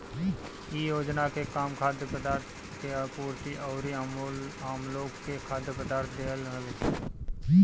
इ योजना के काम खाद्य पदार्थ के आपूर्ति अउरी आमलोग के खाद्य पदार्थ देहल हवे